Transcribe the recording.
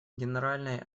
генеральной